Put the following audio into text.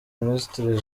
minisitiri